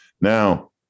Now